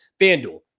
Fanduel